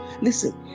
Listen